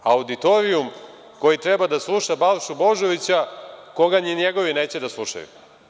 Auditorijum koji treba da sluša Balšu Božovića, koga ni njegovi neće da slušaju?